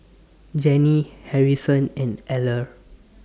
Jenny Harrison and Eller